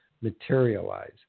materialize